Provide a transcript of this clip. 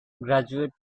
graduate